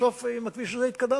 בסוף עם הכביש הזה התקדמנו.